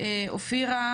אופירה